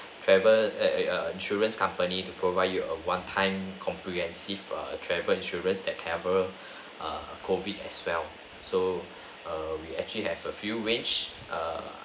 err travel err err err insurance company to provide you a one time comprehensive err travel insurance that cover err COVID as well so err we actually have a few range